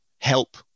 help